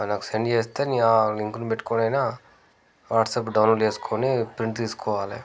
అది నాకు సెండ్ చేస్తే నేను ఆ లింకుని పెట్టుకొనైనా వాట్సాప్ డౌన్లోడ్ చేసుకొని ప్రింట్ తీసుకోవాలి